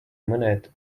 mõned